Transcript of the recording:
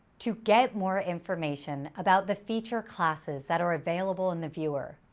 to get more information about the feature classes that are available in the viewer,